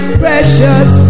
precious